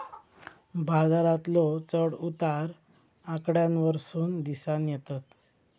बाजारातलो चढ उतार आकड्यांवरसून दिसानं येतत